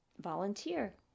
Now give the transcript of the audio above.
volunteer